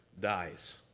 dies